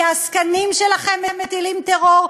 כי העסקנים שלכם מטילים טרור,